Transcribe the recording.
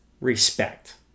respect